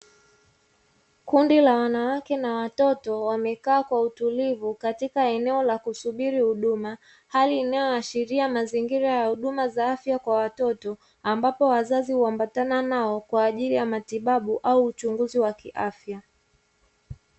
Kundi la wanawake na watoto wamekaa kwa utulivu katika eneo la kusubiri huduma, hali inayoashiria mazingira ya huduma za afya kwa watoto ambao wazazi huambatana nao kwa ajili ya matibabu au uchunguzi wa kiafya.